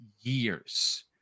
years